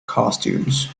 costumes